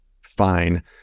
fine